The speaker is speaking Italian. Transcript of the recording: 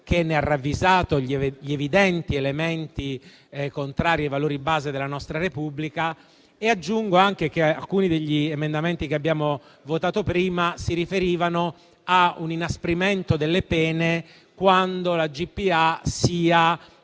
che ne ha ravvisato gli evidenti elementi contrari ai valori di base della nostra Repubblica. Aggiungo che alcuni degli emendamenti che abbiamo votato prima si riferivano a un inasprimento delle pene quando la GPA sia